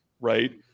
right